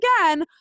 again